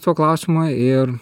tuo klausimu ir